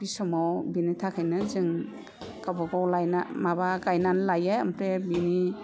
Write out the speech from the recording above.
बे समाव बिनि थाखायनो जों गावबागाव लायना माबा गायना लायो ओमफ्राय बि